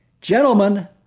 Gentlemen